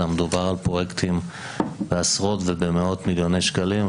אלא מדובר על פרויקטים בעשרות ומאות מיליוני שקלים,